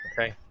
Okay